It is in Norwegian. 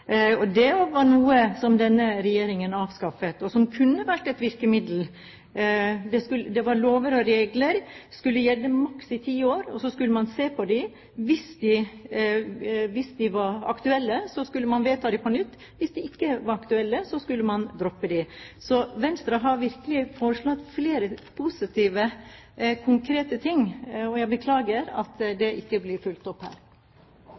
i sted. Det var noe denne regjeringen avskaffet som kunne vært et virkemiddel. Lover og regler skulle gjelde maks i ti år, og så skulle man se på dem. Hvis de var aktuelle, skulle man vedta dem på nytt, hvis de ikke var aktuelle, skulle man droppe dem. Så Venstre har virkelig foreslått flere positive, konkrete ting, og jeg beklager at det ikke blir fulgt opp her.